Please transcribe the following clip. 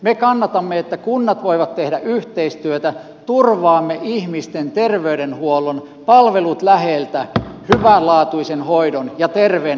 me kannatamme että kunnat voivat tehdä yhteistyötä turvaamme ihmisten terveydenhuollon palvelut läheltä hyvänlaatuisen hoidon ja terveenä kotiin